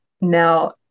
now